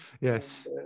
Yes